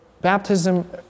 baptism